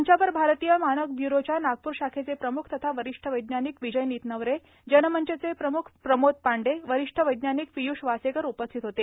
मंचावर भारतीय मानक ब्यूरोच्या नागपूर शाखेचे प्रमुख तथा वरिष्ठ वैज्ञानिक विजय नितनवरे जनमंचचे प्रमुख प्रमोद पांडे वरिष्ठ वैज्ञानिक पीयूष वासेकर उपस्थित होते